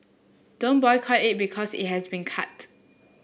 don't boycott it because it has been cut